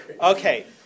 Okay